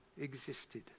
existed